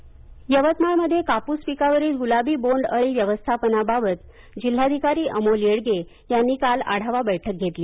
बोंड अळी यवतमाळ यवतमाळमध्ये कापूस पिकावरील गूलाबी बोंड अळी व्यवस्थापनाबाबत जिल्हाधिकारी अमोल येडगे यांनी काल आढावा बैठक घेतली